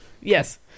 Yes